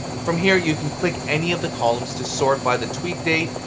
from here, you can click any of the columns to sort by the tweet date,